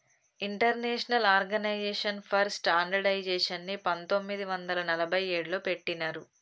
international organisation for స్టాండర్డయిజేషన్ని పంతొమ్మిది వందల నలభై ఏడులో పెట్టినరు